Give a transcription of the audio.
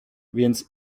więc